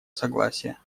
согласия